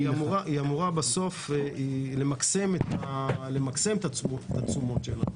היא אמורה בסוף למקסם את התשומות שלנו.